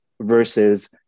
versus